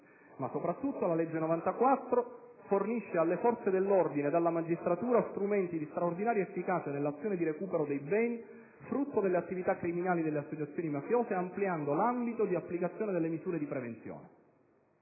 Ma, soprattutto, la legge n. 94 del 2009 fornisce alle forze dell'ordine ed alla magistratura strumenti di straordinaria efficacia nell'azione di recupero dei beni frutto delle attività criminali delle associazioni mafiose, ampliando l'ambito di applicazione delle misure di prevenzione.